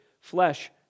flesh